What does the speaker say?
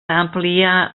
ampliar